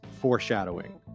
foreshadowing